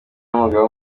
n’umugaba